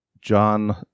John